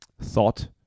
thought